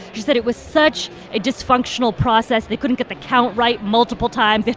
she said it was such a dysfunctional process. they couldn't get the count right multiple times.